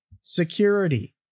Security